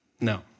No